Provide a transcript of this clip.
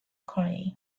quarry